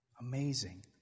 Amazing